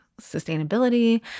sustainability